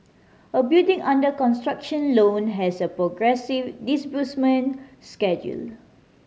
a building under construction loan has a progressive disbursement schedule